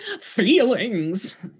feelings